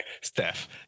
Steph